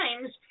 times